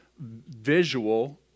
visual